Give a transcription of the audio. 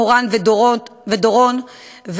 מורן ודורון,